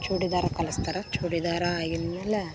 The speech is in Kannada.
ಚೂಡಿದಾರ ಕಲಿಸ್ತಾರ ಚೂಡಿದಾರ ಆಗಿನಮೇಲೆ